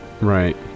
Right